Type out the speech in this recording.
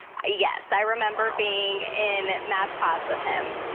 yes, i remember being in math class with him,